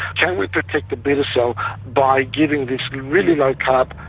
can we protect the beta cell by giving this really low carb,